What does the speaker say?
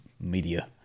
media